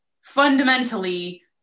fundamentally